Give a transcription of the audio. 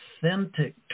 authentic